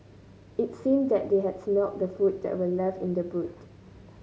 it seemed that they had smelt the food that were left in the boot